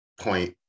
Point